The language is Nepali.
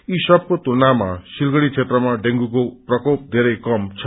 यी सबको तुलनामा सिलगढ़ी क्षेत्रमा डेंगूको प्रकोप घेरै कम छ